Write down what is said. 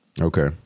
Okay